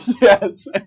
Yes